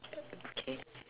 K